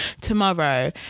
tomorrow